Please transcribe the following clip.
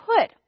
put